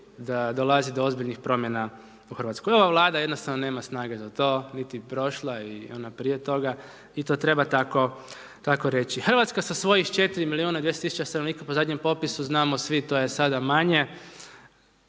da dolazi do ozbiljnih promjena u Hrvatskoj. Ova Vlada jednostavno nema snage za to, niti prošla i ona prije toga i to treba tako reći. Hrvatska sa svojih 4 milijuna i 200 tisuća stanovnika po zadnjem popisu, znamo svi to je sada manje,